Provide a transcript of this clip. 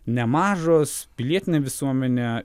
nemažos pilietinė visuomenė